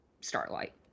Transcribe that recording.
Starlight